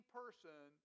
person